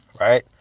right